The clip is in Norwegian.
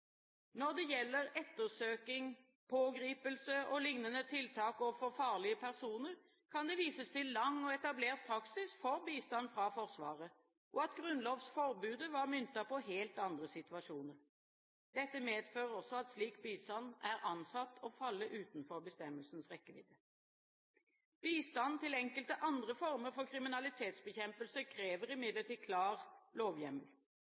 Når det gjelder ettersøking, pågripelse og lignende tiltak overfor farlige personer, kan det vises til lang og etablert praksis for bistand fra Forsvaret, og at grunnlovsforbudet var myntet på helt andre situasjoner. Dette medfører også at slik bistand er ansett å falle utenfor bestemmelsens rekkevidde. Bistand til enkelte andre former for kriminalitetsbekjempelse krever imidlertid klar lovhjemmel.